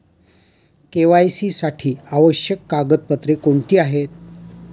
KYC साठी आवश्यक कागदपत्रे कोणती आहेत?